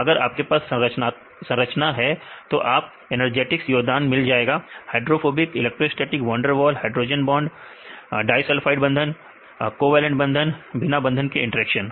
अगर आपके पास संरचना है तो आपको एनर्जेटिक योगदान मिल जाएगा हाइड्रोफोबिक इलेक्ट्रोस्टेटिक वंडरवॉल हाइड्रोजन बंधन डाईसल्फाइड बंधन कोवलन बंधन और बिना बंधन के इंटरेक्शन